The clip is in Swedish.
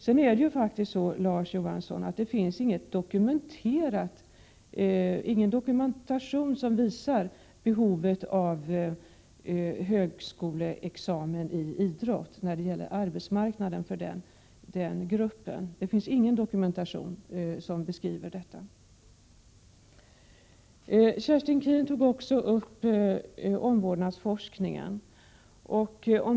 Det är faktiskt så, Larz Johansson, att det finns ingen dokumentation som visar behovet av högskoleexamen i idrott då det gäller arbetsmarknaden för den grupp som avses. Jag understryker att det inte finns någon dokumentation som beskriver detta. Kerstin Keen tog upp omvårdnadsforskningen.